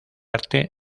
arte